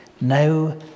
now